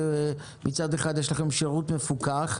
מצד אחד יש לכם שירות מפוקח,